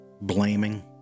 blaming